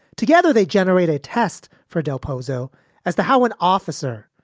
together, they generate a test for del pozo as to how an officer,